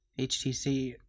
HTC